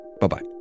Bye-bye